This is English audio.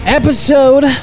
episode